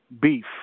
beef